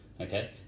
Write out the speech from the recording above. okay